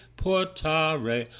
portare